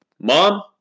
Mom